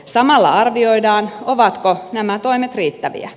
samalla arvioidaan ovatko nämä toimet riittäviä